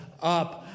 up